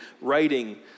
writing